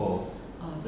oh